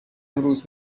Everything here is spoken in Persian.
امروز